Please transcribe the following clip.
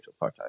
apartheid